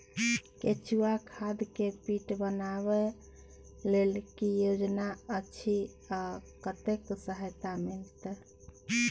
केचुआ खाद के पीट बनाबै लेल की योजना अछि आ कतेक सहायता मिलत?